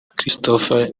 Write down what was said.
christophe